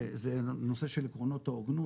זה נושא של עקרונות ההוגנות.